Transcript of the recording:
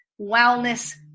wellness